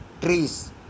trees